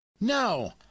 No